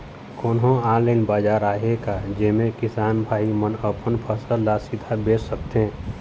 कोन्हो ऑनलाइन बाजार आहे का जेमे किसान भाई मन अपन फसल ला सीधा बेच सकथें?